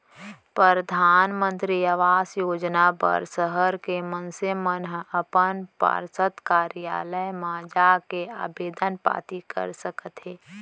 परधानमंतरी आवास योजना बर सहर के मनसे मन ह अपन पार्षद कारयालय म जाके आबेदन पाती कर सकत हे